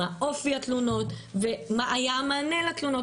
מה אופי התלונות ומה היה המענה לתלונות,